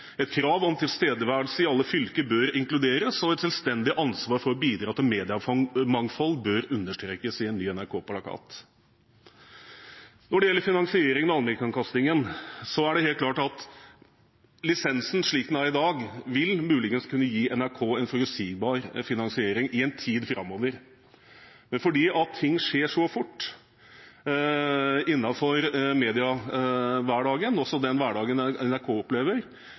et krav om tilstedeværelse i alle fylker bør inkluderes, og at et selvstendig ansvar for å bidra til mediemangfold bør understrekes. Når det gjelder finansieringen av allmennkringkastingen, er det helt klart at lisensen, slik den er i dag, muligens vil kunne gi NRK en forutsigbar finansiering i en tid framover, men fordi ting skjer så fort i mediehverdagen, dvs. den hverdagen NRK opplever, er det ikke sikkert den måten vi finansierer NRK